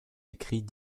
écrits